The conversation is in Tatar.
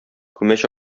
күмәч